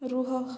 ରୁହ